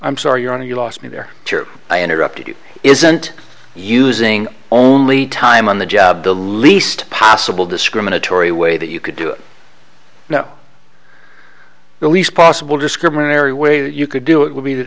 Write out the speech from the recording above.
i'm sorry your honor you lost me there i interrupted you isn't using only time on the job the least possible discriminatory way that you could do it now the least possible discriminatory way that you could do it would be that